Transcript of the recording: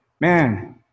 man